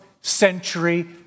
century